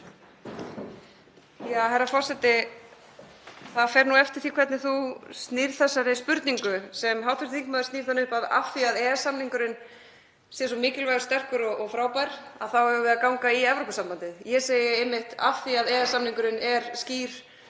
Herra forseti. Það fer eftir því hvernig maður snýr þessari spurningu sem hv. þingmaður setur þannig upp af því að EES-samningurinn sé svo mikilvægur, sterkur og frábær þá eigum við að ganga í Evrópusambandið. Ég segi einmitt: Af því að EES-samningurinn er skýr,